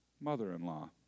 mother-in-law